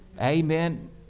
Amen